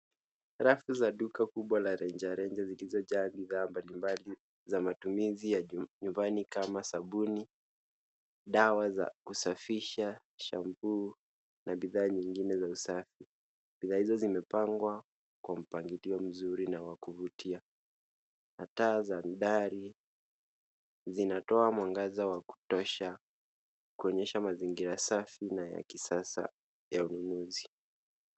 Rafu za duka kubwa la rejareja zilizojaa bidhaa mbalimbali za matumizi ya nyumbani kama sabuni, dawa za kusafisha, shampoo na bidhaa nyingine za usafi. Bidhaa hizo zimepangwa kwa mpangilio mzuri na wa kuvutia na taa za dari zinatoa mwangaza wa kutosha kuonyesha mazingira safi na ya kisasa ya ununuzi.